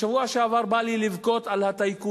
בשבוע שעבר בא לי לבכות על הטייקונים,